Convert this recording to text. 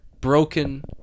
broken